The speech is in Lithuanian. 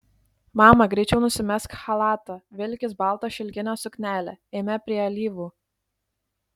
mama greičiau nusimesk chalatą vilkis baltą šilkinę suknelę eime prie alyvų